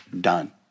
done